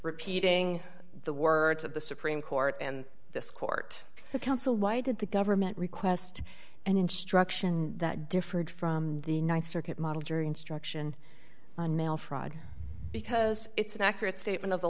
repeating the words of the supreme court and this court counsel why did the government request an instruction that differed from the th circuit model jury instruction on mail fraud because it's an accurate statement of the